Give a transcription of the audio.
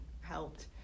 helped